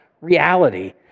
reality